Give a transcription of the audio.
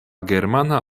germana